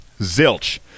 zilch